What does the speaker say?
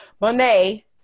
Monet